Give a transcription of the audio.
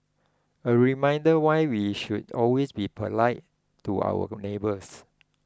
a reminder why we should always be polite to our neighbours